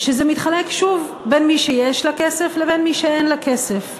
שזה מתחלק שוב בין מי שיש לה כסף לבין מי שאין לה כסף.